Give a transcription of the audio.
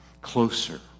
closer